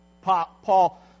Paul